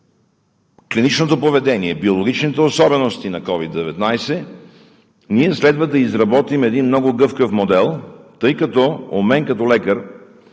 клиничното поведение, биологичните особености на COVID-19, ние следва да изработим един много гъвкав модел, тъй като у мен като лекар